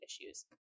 issues